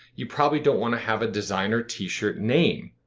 you probably don't want to have a designer t-shirt name.